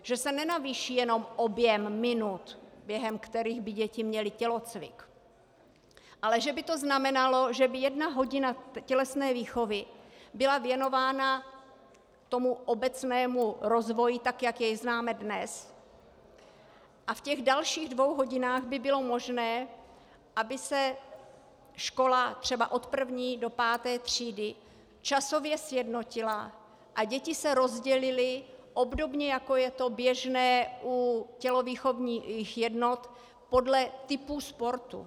Že se nenavýší jenom objem minut, během kterých by děti měly tělocvik, ale že by to znamenalo, že by jedna hodina tělesné výchovy byla věnována obecnému rozvoji, tak jak jej známe dnes, a v těch dalších dvou hodinách by bylo možné, aby se škola třeba od první do páté třídy časově sjednotila a děti se rozdělily obdobně, jako je to běžné u tělovýchovných jednot, podle typů sportu.